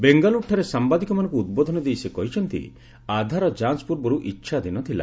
ବେଙ୍ଗାଲ୍ରୁଠାରେ ସାମ୍ବାଦିକମାନଙ୍କୁ ଉଦ୍ବୋଧନ ଦେଇ ସେ କହିଛନ୍ତି ଆଧାର ଯାଞ୍ଚ ପୂର୍ବରୁ ଇଚ୍ଛାଧୀନ ଥିଲା